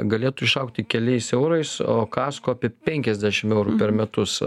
galėtų išaugti keliais eurais o kasko apie penkiasdešimt eurų per metus